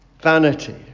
vanity